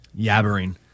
yabbering